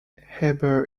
heber